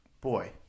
Boy